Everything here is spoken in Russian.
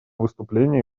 выступление